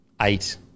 eight